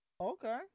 Okay